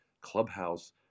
clubhouse